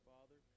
Father